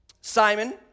Simon